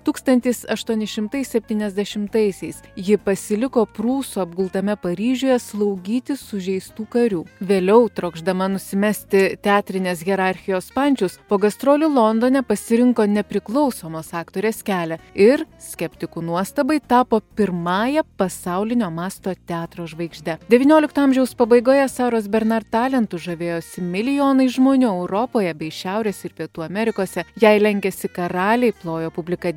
tūkstantis aštuoni šimtai septyniasdešimtaisiais ji pasiliko prūsų apgultame paryžiuje slaugyti sužeistų karių vėliau trokšdama nusimesti teatrinės hierarchijos pančius po gastrolių londone pasirinko nepriklausomos aktorės kelią ir skeptikų nuostabai tapo pirmąja pasaulinio masto teatro žvaigžde devyniolikto amžiaus pabaigoje saros bernar ir talentu žavėjosi milijonai žmonių europoje bei šiaurės ir pietų amerikose jai lenkėsi karaliai plojo publika